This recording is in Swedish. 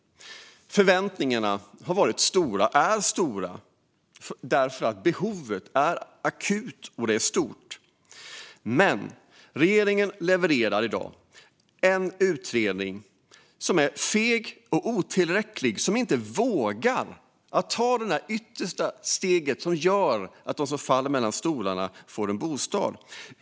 Förväntningarna har varit och är stora, eftersom behovet är akut och stort. Men regeringen levererar i dag en utredning som är feg och otillräcklig. Man vågar inte ta det där ytterligare steget som gör att de som faller mellan stolarna får en bostad.